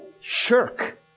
shirk